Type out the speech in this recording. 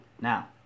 Now